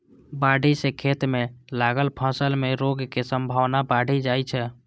बाढ़ि सं खेत मे लागल फसल मे रोगक संभावना बढ़ि जाइ छै